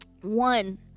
one